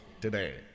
today